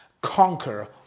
conquer